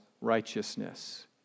righteousness